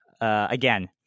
again